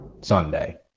Sunday